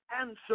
answer